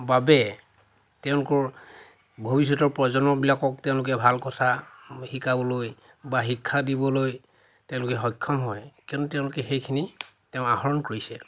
বাবে তেওঁলোকৰ ভৱিষ্যতৰ প্ৰজন্মবিলাকক তেওঁলোকে ভাল কথা শিকাবলৈ বা শিক্ষা দিবলৈ তেওঁলোকে সক্ষম হয় কিয়নো তেওঁলোকে সেইখিনি তেওঁ আহৰণ কৰিছে